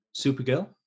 Supergirl